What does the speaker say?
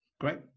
great